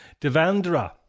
Devandra